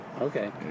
Okay